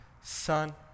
son